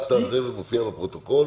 וזה מופיע בפרוטוקול,